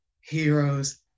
Heroes